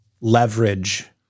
leverage